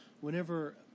whenever